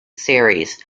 series